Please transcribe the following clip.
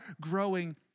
growing